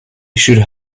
should